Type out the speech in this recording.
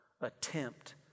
Attempt